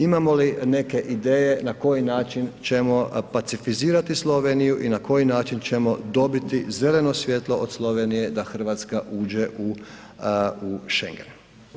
Imamo li neke ideje na koji način ćemo pacifizirati Sloveniju i na koji način ćemo dobiti zeleno svjetlo od Slovenije da Hrvatska uđe u Schengen.